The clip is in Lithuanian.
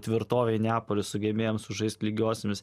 tvirtovėj neapolio sugebėjom sužaist lygiosiomis